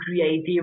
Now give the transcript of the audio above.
creative